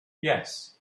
yes